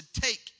take